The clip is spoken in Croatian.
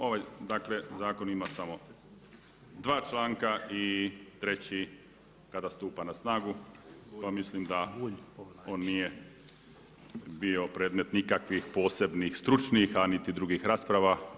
Ovaj zakon ima samo dva članka i treći kada stupa na snagu pa mislim da on nije bio predmet nikakvih posebnih stručnih, a niti drugih rasprava.